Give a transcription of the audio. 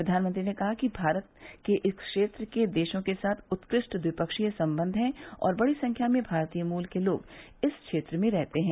प्रधानमंत्री ने कहा कि भारत के इस क्षेत्र के देशों के साथ उत्क ष्ट ट्विपक्षीय संबंध हैं और बड़ी संख्या में भारतीय मूल के लोग इस क्षेत्र में रहते हैं